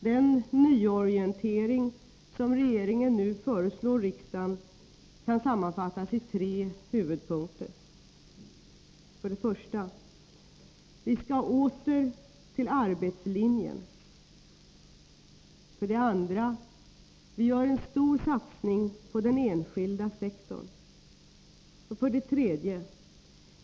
Den nyorientering som regeringen nu föreslår riksdagen kan sammanfattas i tre huvudpunkter: 1. Vi skall åter till arbetslinjen. 2. Vi gör en stor satsning på den enskilda sektorn. 3.